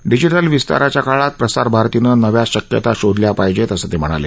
digital विस्ताराच्या काळात प्रसार भारतीनं नव्या शक्यता शोधल्या पाहिजेत असं ते म्हणाले